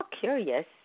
curious